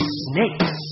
snakes